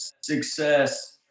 success